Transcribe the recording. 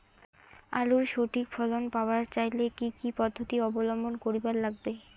আলুর সঠিক ফলন পাবার চাইলে কি কি পদ্ধতি অবলম্বন করিবার লাগবে?